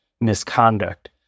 misconduct